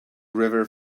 river